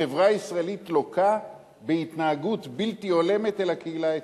החברה הישראלית לוקה בהתנהגות בלתי הולמת אל הקהילה האתיופית.